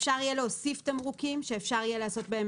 אפשר יהיה להוסיף תמרוקים שאפשר יהיה לעשות בהם